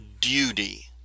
duty